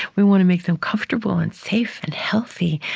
we want to make them comfortable and safe and healthy.